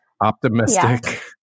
optimistic